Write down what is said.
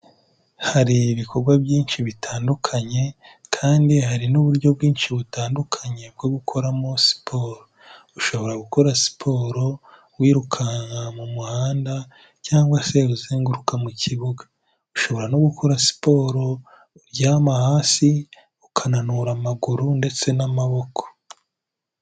Hari ibikorwa byinshi bitandukanye, kandi hari n'uburyo bwinshi butandukanye bwo gukoramo siporo, ushobora gukora siporo wirukaka mu muhanda, cyangwa se uzenguruka mu kibuga, ushobora no gukora siporo uryama hasi, ukananura amaguru ndetse n'amaboko.